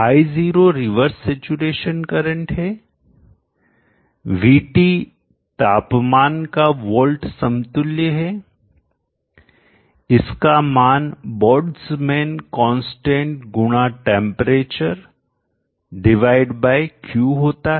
I0 reverse saturation current है VT तापमान का वोल्ट समतुल्य है इसका मान बोल्ट्जमैन कांस्टेंट गुणा टेंपरेचर डिवाइड बाय q होता है